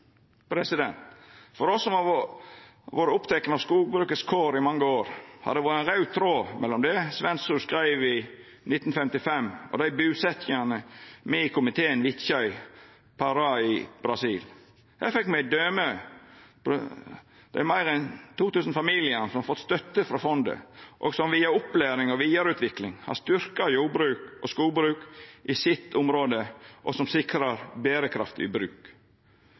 For oss som har vore opptekne av kåra til skogbruket i mange år, har det vore ein raud tråd mellom det Svendsrud skreiv i 1955, og dei busetjingane me i komiteen vitja i Pará i Brasil. Her fekk me eit døme på dei meir enn 2 000 familiane som har fått støtte frå fondet, som via opplæring og vidareutvikling har styrkt jordbruk og skogbruk i sitt område, og som sikrar berekraftig bruk.